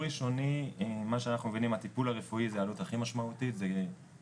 אנחנו נעסוק הבוקר בפרק י', סעיף